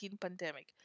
pandemic